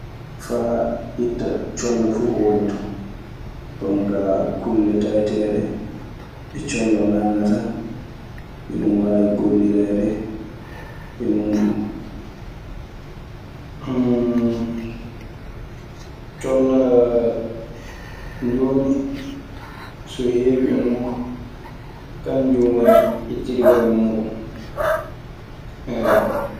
Faa itta colla fuu ko woni ton. Ton kaa kulle taweteeɗe ɗe collo nanngataa iɗun waawi gollireede e muuɗun. Colla jooni so heewi e nokku, kanjun woni ittirgal muuɗun. Eey.